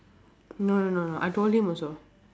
no no no no I told him also